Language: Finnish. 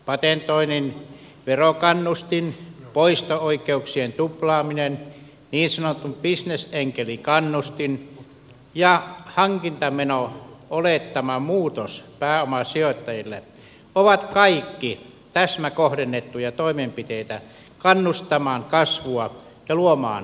patentoinnin verokannustin poisto oikeuksien tuplaaminen niin sanottu bisnesenkelikannustin ja hankintameno olettaman muutos pääomasijoittajille ovat kaik ki täsmäkohdennettuja toimenpiteitä kannustamaan kasvua ja luomaan uusia työpaikkoja